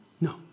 No